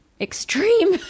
extreme